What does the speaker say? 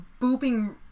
booping